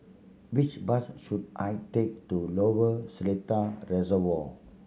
which bus should I take to Lower Seletar Reservoir